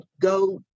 go